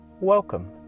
Welcome